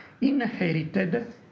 inherited